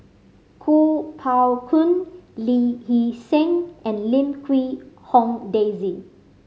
Kuo Pao Kun Lee Hee Seng and Lim Quee Hong Daisy